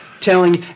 Telling